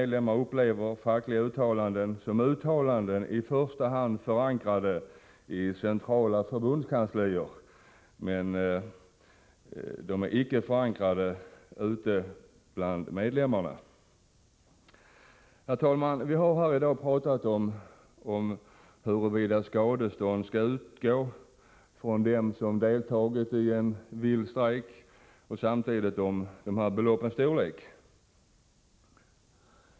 Dessa upplever sådana — 7 november 1984 uttalanden som i första hand förankrade i centrala förbundskanslier men icke ute bland medlemmarna. Herr talman! Vi har här talat om huruvida skadestånd skall utgå från dem som deltagit i en vild strejk och samtidigt om beloppens storlek.